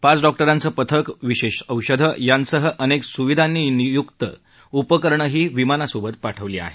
पाच डॉक्टरांचं पथक विशेष औषधं यांसह अनेक सुविधांनियुक्त उपकरणंही विमानासोबत पाठवली आहेत